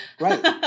Right